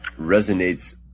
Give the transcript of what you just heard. resonates